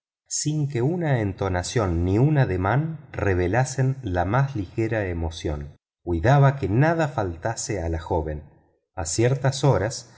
sin que una entonación ni un ademán revelasen la más ligera emoción cuidaba que nada faltase a la joven a ciertas horas